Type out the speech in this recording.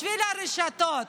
בשביל הרשתות.